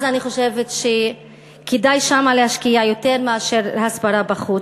אני חושבת שכדאי שם להשקיע יותר מאשר בהסברה בחוץ.